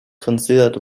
considered